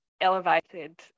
elevated